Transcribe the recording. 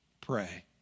pray